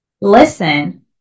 listen